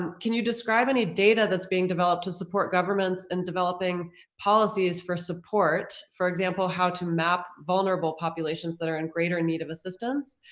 can you describe any data that's being developed to support governments in developing policies for support, for example, how to map vulnerable populations that are in greater need of assistance,